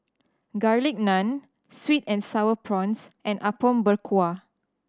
Garlic Naan sweet and Sour Prawns and Apom Berkuah